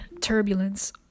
turbulence